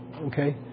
Okay